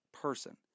person